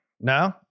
No